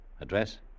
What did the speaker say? Address